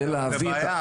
זה בעיה.